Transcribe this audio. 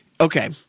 Okay